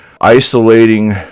isolating